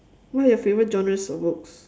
what are your favorite genres for books